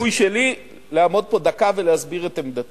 אני עומד על חופש הביטוי שלי לעמוד פה דקה ולהסביר את עמדתי.